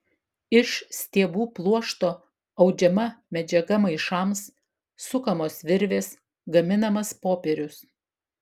iš stiebų pluošto audžiama medžiaga maišams sukamos virvės gaminamas popierius